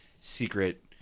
secret